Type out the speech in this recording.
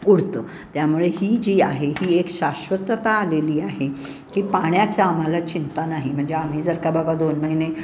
उडतं त्यामुळे ही जी आहे ही एक शाश्वतता आलेली आहे की पाण्याचा आम्हाला चिंता नाही म्हणजे आम्ही जर का बाबा दोन महिने